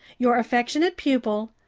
your afecksionate pupil,